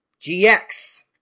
GX